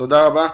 תודה רבה.